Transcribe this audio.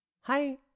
Hi